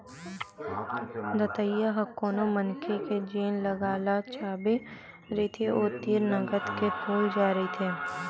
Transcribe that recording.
दतइया ह कोनो मनखे के जेन जगा ल चाबे रहिथे ओ तीर नंगत के फूल जाय रहिथे